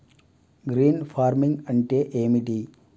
Green farming అంటే ఏమిటి?